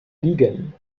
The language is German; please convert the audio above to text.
liegen